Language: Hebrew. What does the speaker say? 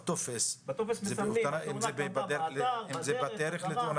בטופס מסמנים אם זה תאונה באתר או בדרך לאתר.